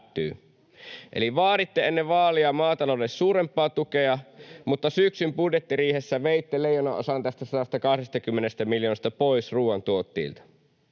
Eli vaaditte ennen vaaleja maataloudelle suurempaa tukea, mutta syksyn budjettiriihessä veitte leijonanosan tästä 120 miljoonasta pois ruuantuottajilta.